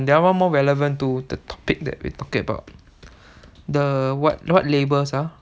that one more relevant to the topic we're talking about the what what labels ah